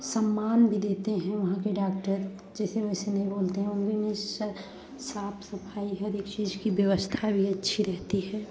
सम्मान भी देते हैं वहाँ के डाक्टर जैसे वैसे नहीं बोलते हैं उन भी मेसा साफ सफाई है हर एक चीज़ की व्यवस्था भी अच्छी रहती है